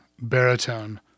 baritone